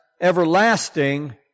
everlasting